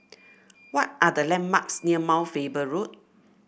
what are the landmarks near Mount Faber Road